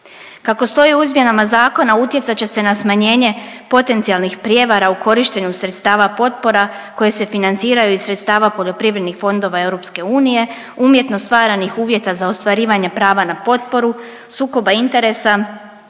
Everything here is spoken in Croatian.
Kako stoji u izmjenama zakona utjecat će se na smanjenje potencijalnih prijevara u korištenju sredstava potpora koji se financiraju iz sredstava poljoprivrednih fondova EU, umjetno stvaranih uvjeta za ostvarivanje prava na potporu, sukoba interesa,